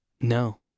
No